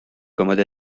commode